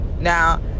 Now